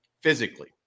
Physically